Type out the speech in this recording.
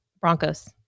Broncos